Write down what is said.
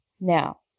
Now